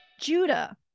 judah